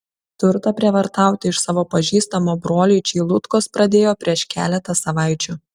turtą prievartauti iš savo pažįstamo broliai čeilutkos pradėjo prieš keletą savaičių